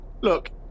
Look